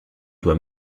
doit